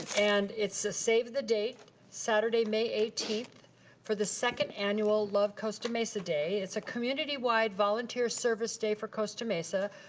and it's a save the date saturday may eighteen for the second annual love costa mesa day. it's a community wide volunteer service day for costa mesa.